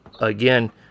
again